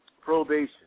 probation